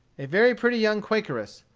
a very pretty young quakeress,